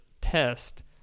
test